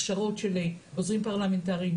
הכשרות של עוזרים פרלמנטרים,